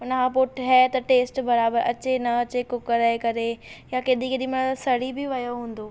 हुन खां पोइ ठहे त टेस्ट बराबर अचे न अचे कूकड़ जे करे या केॾी केॾी महिल सड़ी बि वियो हूंदो